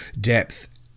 depth